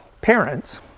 parents